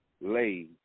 Lay